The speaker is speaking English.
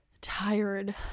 tired